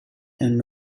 and